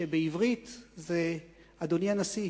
שבעברית זה: אדוני הנשיא,